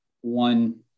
one